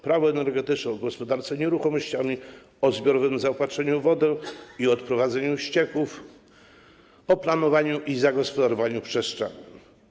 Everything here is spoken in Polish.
Prawo energetyczne, o gospodarce nieruchomościami, o zbiorowym zaopatrzeniu w wodę i odprowadzaniu ścieków oraz o planowaniu i zagospodarowaniu przestrzennym.